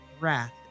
Wrath